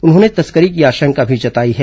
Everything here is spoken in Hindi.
उन्होंने तस्करी की आशंका भी जताई है